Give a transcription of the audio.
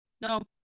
No